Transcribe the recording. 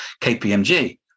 KPMG